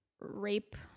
rape